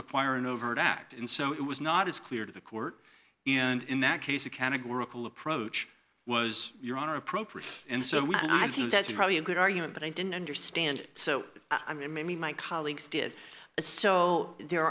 require an overt act and so it was not as clear to the court and in that case a categorical approach was your honor appropriate and so we and i think that's probably a good argument but i didn't understand it so i mean my colleagues did it so there